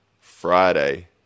Friday